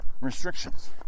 restrictions